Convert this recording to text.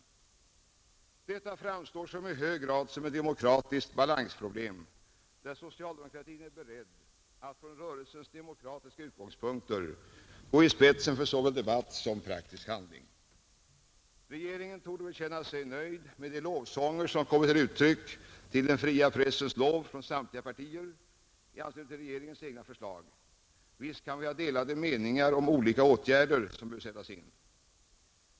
Detta framstår i hög grad som ett demokratiskt balansproblem, där socialdemokratin är beredd att från rörelsens demokratiska utgångspunkter gå i spetsen för såväl debatt som praktisk handling. Regeringen borde känna sig nöjd med de lovsånger till den fria pressen som kommit till uttryck från samtliga partier i anslutning till regeringens egna förslag. Visst kan vi ha delade meningar om olika åtgärder som behöver sättas in.